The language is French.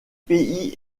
pays